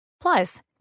Plus